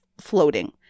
floating